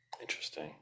interesting